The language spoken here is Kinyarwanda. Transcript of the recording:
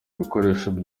ibikoresho